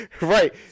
right